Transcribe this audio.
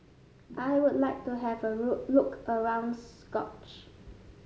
I would like to have a root look around Skopje